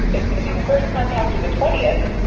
it's gonna be the first contact or the twentieth,